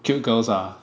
cute girls ah